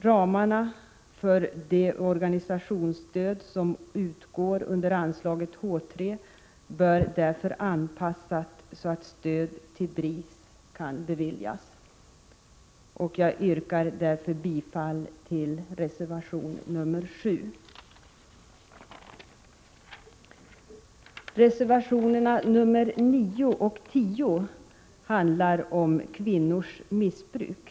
Ramarna för det organisationsstöd som utgår under anslaget H 3 bör därför anpassas så att stöd till BRIS kan beviljas. Jag yrkar därför bifall till reservation 7. Reservationerna 9 och 10 handlar om kvinnors missbruk.